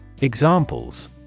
Examples